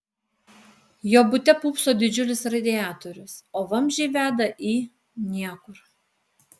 jo bute pūpso didžiulis radiatorius o vamzdžiai veda į niekur